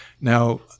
Now